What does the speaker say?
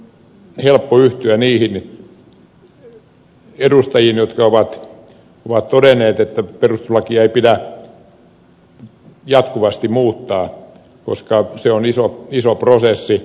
on helppo yhtyä niihin edustajiin jotka ovat todenneet että perustuslakia ei pidä jatkuvasti muuttaa koska se on iso prosessi